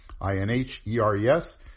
I-N-H-E-R-E-S